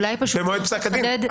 במועד פסק הדין.